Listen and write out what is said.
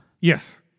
Yes